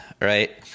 right